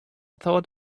thought